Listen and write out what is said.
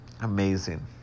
Amazing